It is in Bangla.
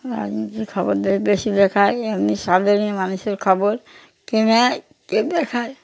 রাজনীতির খবর বেশি দেখায় এমনি সাধারণ মানুষের খবর কে নেয় কে দেখায়